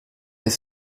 les